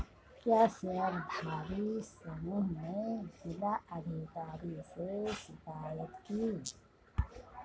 क्या शेयरधारी समूह ने जिला अधिकारी से शिकायत की?